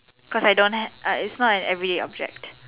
cause I don't have it's not an everyday object